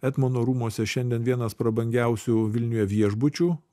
etmono rūmuose šiandien vienas prabangiausių vilniuje viešbučių